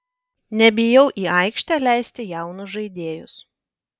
nebijau į aikštę leisti jaunus žaidėjus